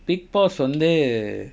bigg boss வந்து:vanthu